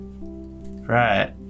Right